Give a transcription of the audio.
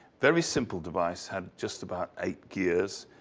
very simple device, had just about eight gears.